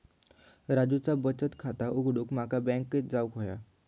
राजूचा बचत खाता उघडूक माका बँकेत जावचा हा